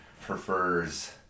prefers